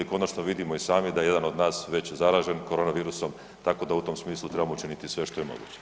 Konačno vidimo i sami da je jedan od nas već zaražen korona virusom, tako da u tom smislu trebamo učiniti sve što je moguće.